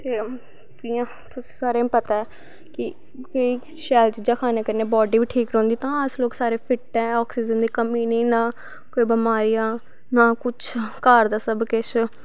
ते जि यां तुसें सारें पता ऐ कि शैल चीजां खाने कन्नै बॉड्डी बी ठीक रौंह्दी तां अस सारे लोग फिट्ट ऐं आक्सिजन कमी नी ना कोई बमारियां ना कुछ घर दा सब किश